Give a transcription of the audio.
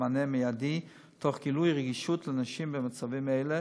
מענה מיידי תוך גילוי רגישות לנשים במצבים אלה,